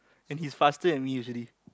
and his faster than me usually